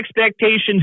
expectations